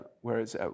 Whereas